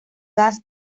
gas